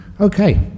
Okay